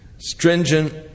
stringent